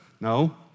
No